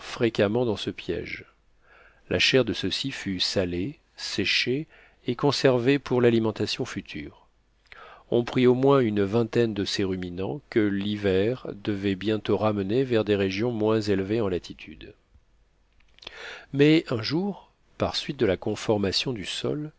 fréquemment dans ce piège la chair de ceux-ci fut salée séchée et conservée pour l'alimentation future on prit au moins une vingtaine de ces ruminants que l'hiver devait bientôt ramener vers des régions moins élevées en latitude mais un jour par suite de la conformation du sol